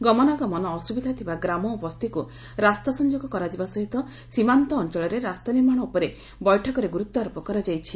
ଗମନାଗମନ ଅସୁବିଧା ଥିବା ଗ୍ରାମ ଓ ବସ୍ତିକୁ ରାସ୍ତା ସଂଯୋଗ କରାଯିବା ସହିତ ସୀମାନ୍ତ ଅଞ୍ଞଳରେ ରାସ୍ତା ନିର୍ମାଶ ଉପରେ ବୈଠକରେ ଗୁରୁତ୍ୱ ଆରୋପ କରାଯାଇଛି